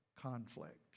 conflict